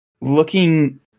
looking